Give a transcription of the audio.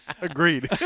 Agreed